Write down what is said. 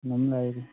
ꯑꯗꯨꯝ ꯂꯩꯔꯤ